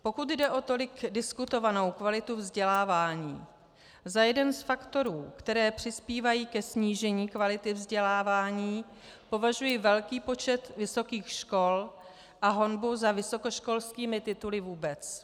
Pokud jde o tolik diskutovanou kvalitu vzdělávání, za jeden z faktorů, které přispívají ke snížení kvality vzdělávání, považuji velký počet vysokých škol a honbu za vysokoškolskými tituly vůbec.